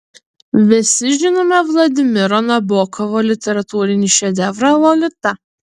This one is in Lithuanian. visi žinome vladimiro nabokovo literatūrinį šedevrą lolita